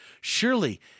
Surely